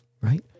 right